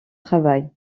travail